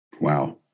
Wow